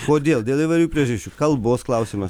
kodėl dėl įvairių priežasčių kalbos klausimas